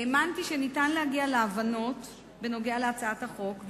אני האמנתי שניתן להגיע להבנות בנוגע להצעת החוק.